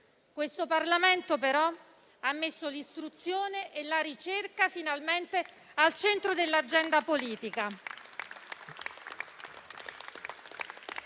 Il Parlamento, però, ha messo l'istruzione e la ricerca finalmente al centro dell'agenda politica.